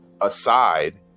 aside